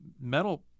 metal